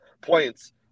points